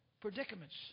predicaments